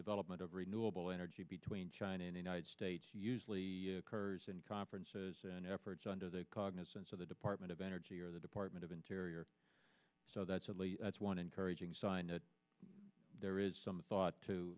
development of renewable energy between china and united states usually occurs in conferences and efforts under the cognizance of the department of energy or the department of interior so that's one encouraging sign that there is some thought to